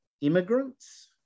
immigrants